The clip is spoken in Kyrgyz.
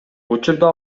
учурда